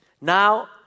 Now